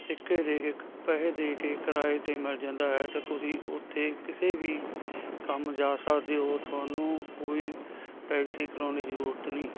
ਸਿੱਕੇ ਦੇ ਕੇ ਪੈਸੇ ਦੇ ਕੇ ਕਿਰਾਏ 'ਤੇ ਮਿਲ ਜਾਂਦਾ ਹੈ ਤਾਂ ਤੁਸੀਂ ਉੱਥੇ ਕਿਸੇ ਵੀ ਕੰਮ ਜਾ ਸਕਦੇ ਹੋ ਤੁਹਾਨੂੰ ਕੋਈ ਟੈਕਸੀ ਕਰਵਾਉਣ ਦੀ ਜ਼ਰੂਰਤ ਨਹੀਂ